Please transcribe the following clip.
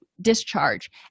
discharge